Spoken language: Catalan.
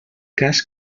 cas